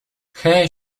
here